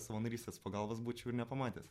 savanorystės pagalbos būčiau ir nepamatęs